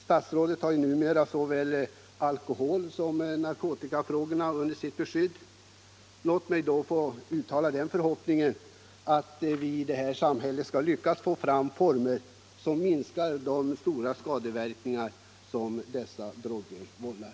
Statsrådet har numera såväl alkoholsom narkotikafrågorna under sitt beskydd, och låt mig få uttala den förhoppningen att vi i vårt samhälle skall lyckas finna former som minskar de stora skadeverkningar som dessa droger vållar.